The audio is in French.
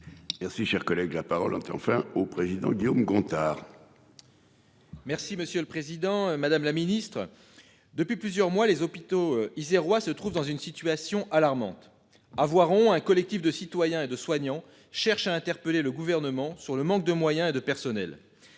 Merci, cher collègue, la parole enfin au président Guillaume Gontard. Merci monsieur le président, madame la ministre. Depuis plusieurs mois les hôpitaux isérois se trouve dans une situation alarmante à Voiron, un collectif de citoyens et de soignants cherche à interpeller le gouvernement sur le manque de moyens et de personnel.